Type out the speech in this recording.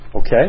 Okay